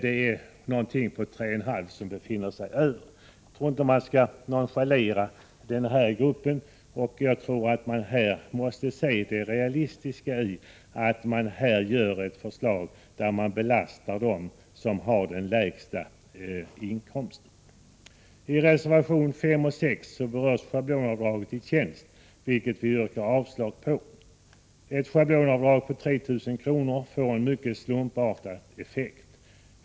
medan ca 3,5 miljoner inkomsttagare befinner sig däröver. Jag tror inte man skall nonchalera den här gruppen, och man måste inse att man på detta sätt i realiteten inför ett system som belastar dem som har den lägsta inkomsten. I reservationerna 5 och 6 berörs schablonavdraget vid tjänst. Vi yrkar avslag på det förslag som där framställs. Ett schablonavdrag på 3 000 kr. får mycket slumpartad effekt.